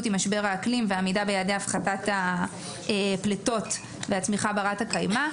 עם משבר האקלים ועמידה ביעדי הפחתת הפליטות והצמיחה ברת הקיימא.